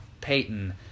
Peyton